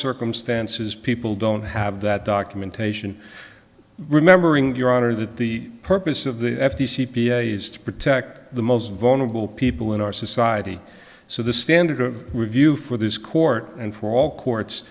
circumstances people don't have that documentation remembering your honor that the purpose of the f t c is to protect the most vulnerable people in our society so the standard of review for this court and for all courts